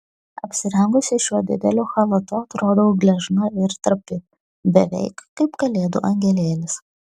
apsirengusi šiuo dideliu chalatu atrodau gležna ir trapi beveik kaip kalėdų angelėlis